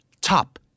top